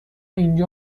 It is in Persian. اینجا